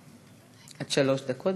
עד שלוש דקות.